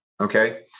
okay